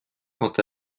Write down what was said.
quant